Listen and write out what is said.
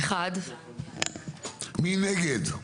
מי נגד?